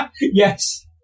Yes